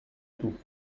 tout